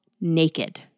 naked